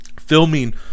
Filming